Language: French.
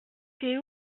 t’es